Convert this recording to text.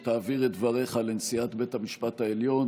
שכדאי שתעביר את דבריך לנשיאת בית המשפט העליון.